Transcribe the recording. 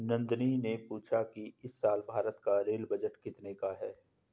नंदनी ने पूछा कि इस साल भारत का रेल बजट कितने का है?